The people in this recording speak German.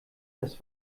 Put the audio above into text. das